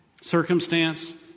Circumstance